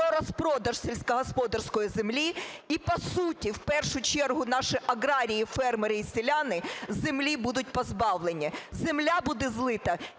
про розпродаж сільськогосподарської землі. І по суті в першу чергу наші аграрії, фермери і селяни землі будуть позбавлені, земля буде злита